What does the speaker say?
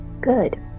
good